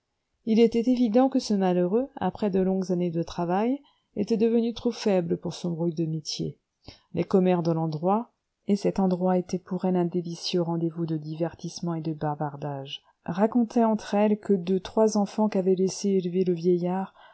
il était évident que ce malheureux après de longues années de travail était devenu trop faible pour son rude métier les commères de l'endroit et cet endroit était pour elles un délicieux rendez-vous de divertissement et de bavardage racontaient entre elles que de trois enfants qu'avait laissés et élevés le vieillard